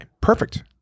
Perfect